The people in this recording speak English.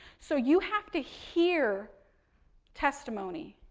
so, you have to hear testimony,